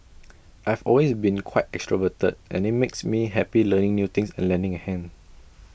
I've always been quite extroverted and IT makes me happy learning new things and lending A hand